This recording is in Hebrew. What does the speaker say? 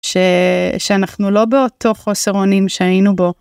שאנחנו לא באותו חוסר אונים שהיינו בו.